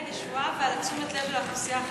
הישועה ועל תשומת לב לאוכלוסייה החרדית?